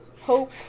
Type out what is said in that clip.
Hope